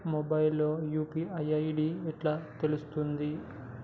Mobile లో UPI ID ఎట్లా తెలుస్తది?